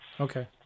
Okay